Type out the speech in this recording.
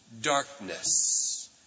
Darkness